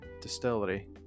Distillery